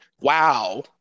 wow